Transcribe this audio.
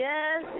Yes